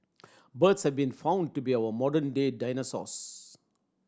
birds have been found to be our modern day dinosaurs